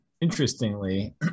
Interestingly